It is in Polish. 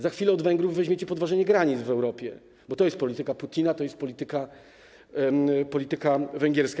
Za chwilę od Węgrów weźmiecie podważanie granic w Europie, bo to jest polityka Putina, to jest polityka węgierska.